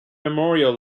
memorial